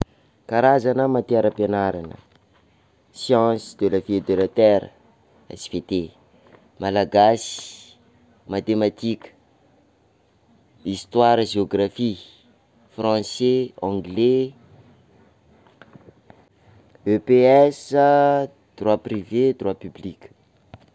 Karazana matiére am-pianarana: science de la vie et de la terre SVT, Malagasy, matematika, histoire, geographie, français, anglais, EPS, droit privé, droit public.